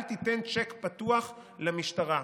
אל תיתן צ'ק פתוח למשטרה.